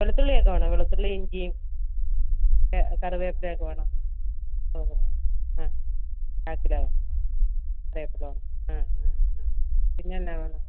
വെളുത്തുള്ളി ഒക്കെ വേണോ വെളുത്തുള്ളി ഇഞ്ചി കറിവേപ്പില ഒക്കെ വേണോ ആ ആ കാൽ കിലോയോ അരക്കിലോ ആ ആ ആ പിന്നെ എന്നാ വേണം